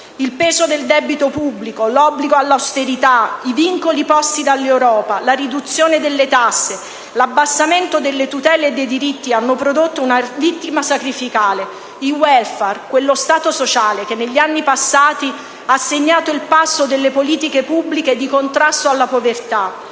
Il peso del debito pubblico, l'obbligo all'austerità, i vincoli posti dall'Europa, la riduzione delle tasse, l'abbassamento delle tutele e dei diritti hanno prodotto una vittima sacrificale: il *welfare,* quello Stato sociale che negli anni passati ha segnato il passo delle politiche pubbliche di contrasto alla povertà.